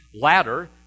ladder